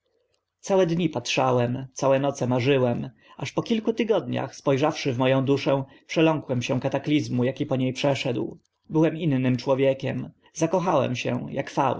całe dni patrzałem całe noce marzyłem aż po kilku tygodniach spo rzawszy w mo ą duszę przeląkłem się kataklizmu aki po nie przeszedł byłem innym człowiekiem zakochałem się